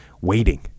waiting